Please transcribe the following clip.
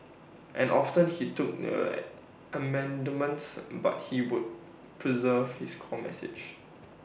and often he took in their amendments but he would preserve his core message